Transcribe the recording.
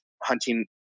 hunting